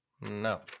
No